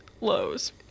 lows